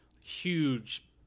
huge